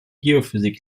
geophysik